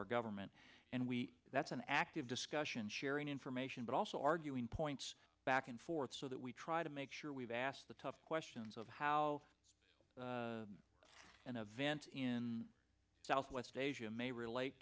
our government and we that's an active discussion sharing information but also arguing points back and forth so that we try to make sure we've asked the tough questions of how an event in southwest asia may relate